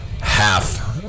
half